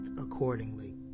accordingly